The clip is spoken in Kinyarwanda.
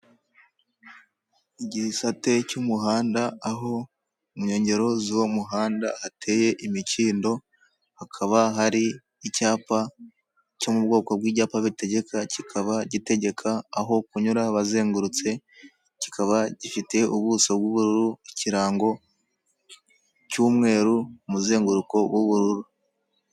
Igisate cy'umuhanda aho mu nkengero z'uwo muhanda hateye imikindo hakaba hari icyapa cyo mu bwoko bw'icyapa bitegeka, kikaba gitegeka aho kunyura bazengurutse kikaba gifite ubuso bw'ubururu ikirango cy'umweru umuzenguruko w'ubururu.